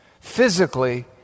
physically